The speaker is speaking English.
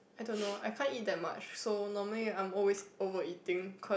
I don't know I can't eat that much so normally I'm always over eating cause